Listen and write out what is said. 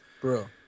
Bro